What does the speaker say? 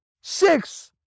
six